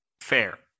Fair